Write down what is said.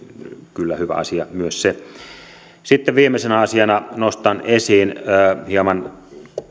kyllä hyvä asia sitten viimeisenä nostan esiin asian hieman